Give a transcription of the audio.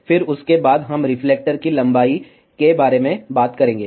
फिर उसके बाद हम रिफ्लेक्टर लंबाई के बारे में बात करेंगे